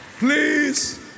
Please